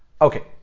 okay